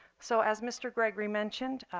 so as mr. gregory mentioned,